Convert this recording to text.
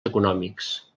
econòmics